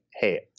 hey